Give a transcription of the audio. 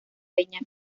peña